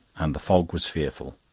and the fog was fearful.